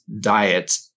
diet